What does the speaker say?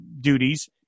duties